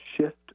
shift